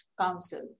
Council